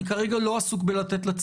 אני כרגע לא עסוק בלתת לה ציונים.